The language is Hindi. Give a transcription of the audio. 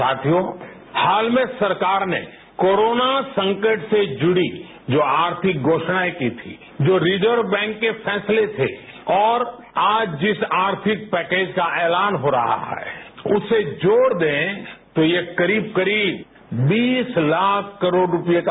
साथियों हाल में सरकार ने कोरोना संकट से जुड़ी जो आर्थिक घोषणाएं की थी जो रिजर्व बैंक के फैसले थे और आज जिस आर्थिक पैकेज का एलान हो रहा है उसे जोड़ दें तो यह करीब करीब बीस लाख करोड़ रुपये का है